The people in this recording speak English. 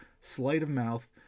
sleight-of-mouth